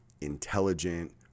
intelligent